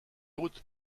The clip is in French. hautes